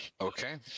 Okay